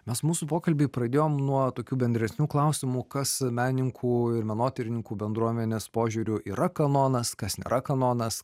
mes mūsų pokalbį pradėjom nuo tokių bendresnių klausimų kas menininkų ir menotyrininkų bendruomenės požiūriu yra kanonas kas nėra kanonas